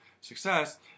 success